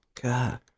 God